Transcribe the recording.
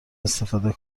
استفاده